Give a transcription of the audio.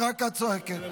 רק את צועקת.